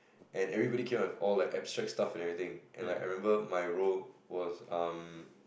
and everybody keep on have like abstract stuff and everything and I remember my role was um